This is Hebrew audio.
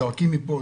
זועקים מפה,